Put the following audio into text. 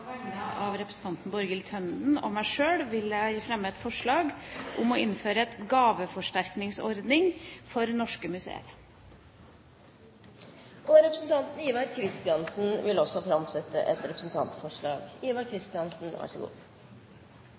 vegne av representanten Borghild Tenden og meg sjøl vil jeg fremme et forslag om å innføre en gaveforsterkningsordning for norske museer. Representanten Ivar Kristiansen vil framsette et representantforslag.